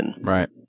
Right